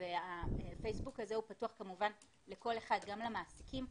והוא פותח כמובן לכל אחד, גם למעסיקים.